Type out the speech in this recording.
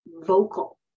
vocal